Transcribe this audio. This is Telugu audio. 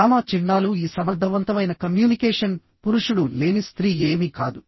విరామ చిహ్నాలు ఈ సమర్థవంతమైన కమ్యూనికేషన్ పురుషుడు లేని స్త్రీ ఏమీ కాదు